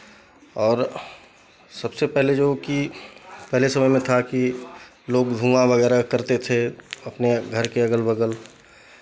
और सबसे पहले जोकि पहले समय में था कि लोग धुआँ वगैरह करते थे अपने घर के अगल बगल